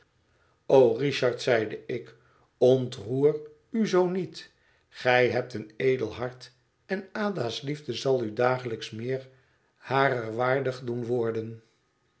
richard zeide ik ontroer u zoo niet gij hebt een edel hart en ada's liefde zal u dagelijks meer harer waardig doen worden